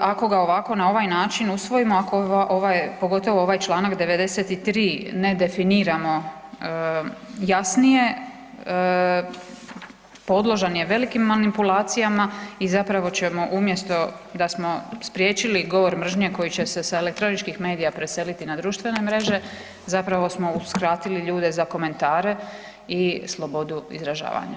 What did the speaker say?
ako ga ovako na ovaj način usvojimo, ako ovaj, pogotovo ovaj čl. 93. ne definiramo jasnije, podložan je velikim manipulacijama i zapravo ćemo umjesto da smo spriječili govor mržnje koji će se sa elektroničkih medija preseliti na društvene mreže, zapravo smo uskratili ljude za komentare i slobodu izražavanja.